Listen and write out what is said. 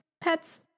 pets